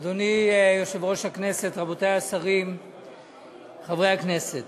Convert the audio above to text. יציג את החוק יושב-ראש ועדת הכספים חבר הכנסת